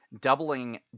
doubling